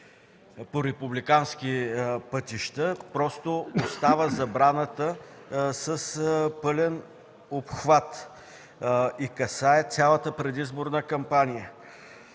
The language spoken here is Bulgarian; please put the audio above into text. „по републикански пътища” остава забраната с пълен обхват и касае цялата предизборна кампания.